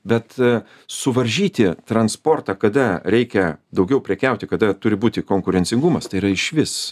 bet suvaržyti transportą kada reikia daugiau prekiauti kada turi būti konkurencingumas tai yra išvis